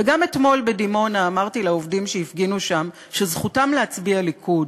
וגם אתמול בדימונה אמרתי לעובדים שהפגינו שם שזכותם להצביע ליכוד,